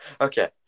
Okay